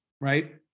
right